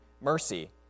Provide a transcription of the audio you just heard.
mercy